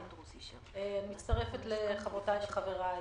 אבל אני מצטרפת לחברותיי וחבריי.